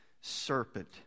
serpent